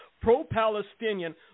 pro-palestinian